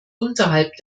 unterhalb